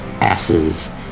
asses